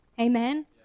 Amen